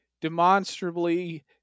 demonstrably